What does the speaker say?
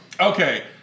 Okay